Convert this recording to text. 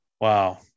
Wow